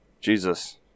Jesus